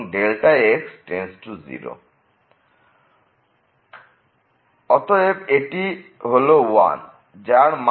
অতএব এটি হলো 1 যার মান f এর সমান